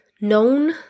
known